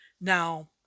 now